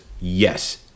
yes